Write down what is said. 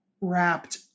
Wrapped